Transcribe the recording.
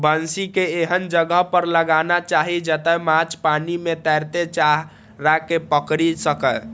बंसी कें एहन जगह पर लगाना चाही, जतय माछ पानि मे तैरैत चारा कें पकड़ि सकय